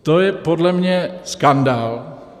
To je podle mě skandál.